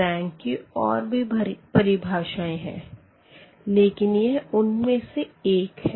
rank की और भी परिभाषाएँ है लेकिन यह उनमें से एक है